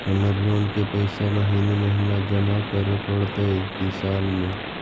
हमर लोन के पैसा महिने महिने जमा करे पड़तै कि साल में?